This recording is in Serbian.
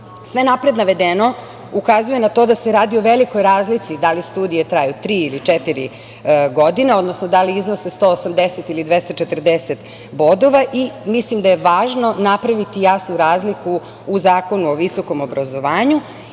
napred navedeno ukazuje na to da se radi o velikoj razlici, da li studije traju tri ili četiri godine, odnosno da li iznose 180 ili 240 bodova. Mislim da je važno napraviti jasnu razliku u Zakonu o visokom obrazovanju